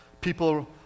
People